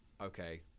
okay